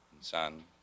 Son